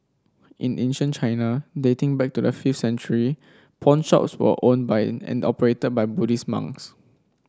in ancient China dating back to the fifth century pawnshops were owned by and operated by Buddhist monks